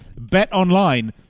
BetOnline